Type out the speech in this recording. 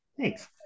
Thanks